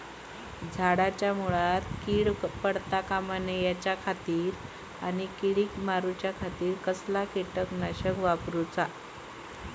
झाडांच्या मूनात कीड पडाप थामाउच्या खाती आणि किडीक मारूच्याखाती कसला किटकनाशक वापराचा?